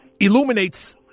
illuminates